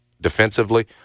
defensively